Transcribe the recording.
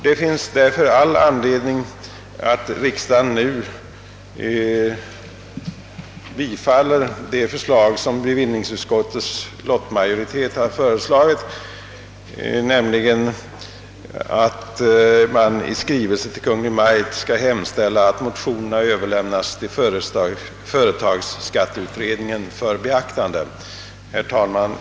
Det finns därför all anledning för riksdagen att bifalla vad bevillningsutskottets lottmajoritet har föreslagit, nämligen att man i skrivelse till Kungl. Maj:t skall hemställa »att motionerna överlämnas till = företagsskatteutredningen för beaktande». Herr talman!